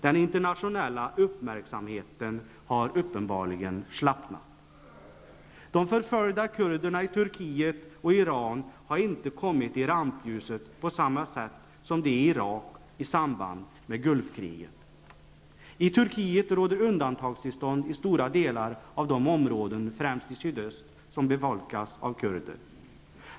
Den internationella uppmärksamheten har uppenbarligen slappnat. De förföljda kurderna i Turkiet och Iran har inte kommit i rampljuset på samma sätt som de i Irak i samband med Gulfkriget. I Turkiet råder undantagstillstånd i stora delar av de områden, främst i sydöst, som befolkas av kurder.